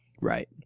Right